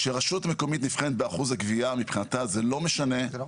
מכיוון שאף אחד לא אומר את זה ואף אחד גם לא מגיב אז נאלצתי לדבר.